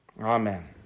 Amen